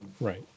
Right